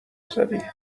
زدی